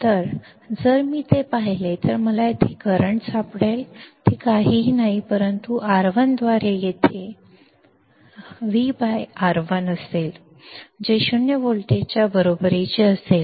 आता जर मी ते पाहिले तर मला येथे जे करंट आहे ते सापडेल ते काहीही नाही परंतु आर 1 द्वारे येथे V R1 असेल जे शून्य व्होल्टच्या बरोबरीचे असेल